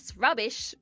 rubbish